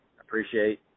appreciate